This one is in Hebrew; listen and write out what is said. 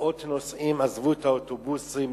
מאות נוסעים עזבו את האוטובוסים.